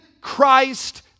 Christ